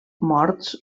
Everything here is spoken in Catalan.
morts